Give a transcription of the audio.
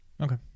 Okay